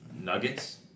Nuggets